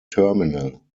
terminal